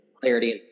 Clarity